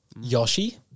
Yoshi